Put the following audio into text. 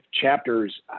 chapters